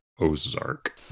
Ozark